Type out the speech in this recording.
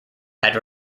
had